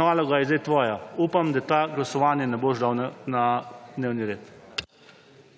naloga je zdaj tvoja. Upam, da tega glasovanja ne boš dal na dnevni red.